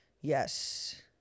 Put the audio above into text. Yes